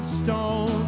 stone